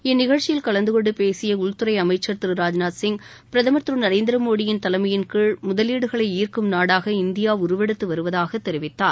இந்நிகழ்ச்சியில் கலந்து கொண்டு பேசிய உள்துறை அமைச்சா் திரு ராஜ்நாத் சிங் பிரதமர் திரு நரேந்திரமோடியின் தலைமையின் கீழ் முதலீடுகளை ஈர்க்கும் நாடாக இந்தியா உருவெடுத்து வருவதாக தெரிவித்தார்